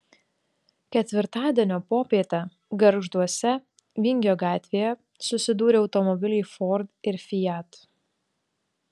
ketvirtadienio popietę gargžduose vingio gatvėje susidūrė automobiliai ford ir fiat